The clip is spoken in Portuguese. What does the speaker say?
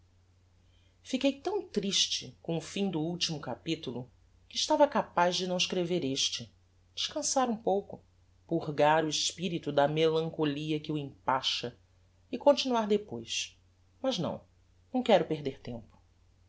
fiquei tão triste com o fim do ultimo capitulo que estava capaz de não escrever este descançar um pouco purgar o espirito da melancolia que o empacha e continuar depois mas não não quero perder tempo